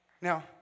Now